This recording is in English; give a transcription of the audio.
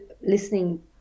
listening